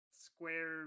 square